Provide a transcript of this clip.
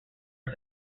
its